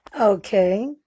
Okay